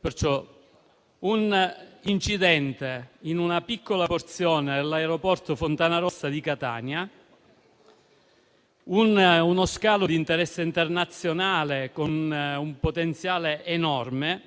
verificato un incidente in una piccola porzione dell'aeroporto Fontanarossa di Catania, uno scalo di interesse internazionale con un potenziale enorme,